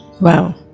Wow